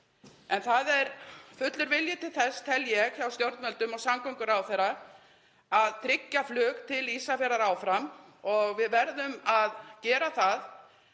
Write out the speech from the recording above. En það er fullur vilji til þess, tel ég, hjá stjórnvöldum og samgönguráðherra að tryggja flug til Ísafjarðar áfram og við verðum að gera það,